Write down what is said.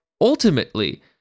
ultimately